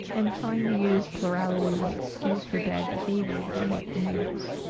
and trying to use plurality as an excuse for bad behavior that we make the news.